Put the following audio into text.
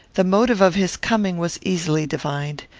the motive of his coming was easily divined.